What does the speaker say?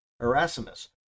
Erasmus